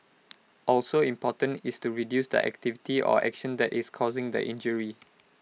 also important is to reduce the activity or action that is causing the injury